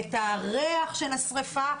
ריח שריפה,